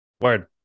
Word